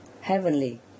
heavenly